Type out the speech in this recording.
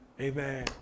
Amen